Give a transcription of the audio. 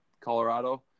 Colorado